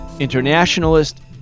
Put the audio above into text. internationalist